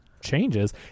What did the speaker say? changes